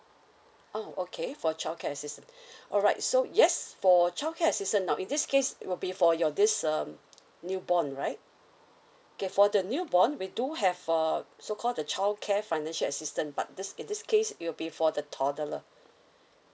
oh okay for childcare assistance alright so yes for childcare assistance now in this case it will be for your this um new born right K for the new born we do have uh so call the childcare financial assistance but this in this case it will be for the toddler